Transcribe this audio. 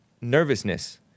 nervousness